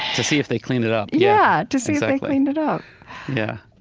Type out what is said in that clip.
to see if they cleaned it up yeah, to see if they cleaned it up yeah